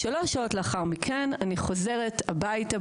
שלוש שעות לאחר מכן אני חוזרת הביתה,